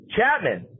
Chapman